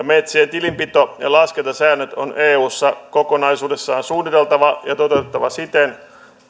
metsien tilinpito ja laskentasäännöt on eussa kokonaisuudessaan suunniteltava ja toteutettava siten